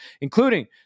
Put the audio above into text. including